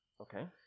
Okay